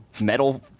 Metal